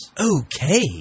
Okay